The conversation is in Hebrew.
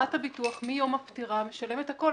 חברת הביטוח מיום הפטירה משלמת את הכל.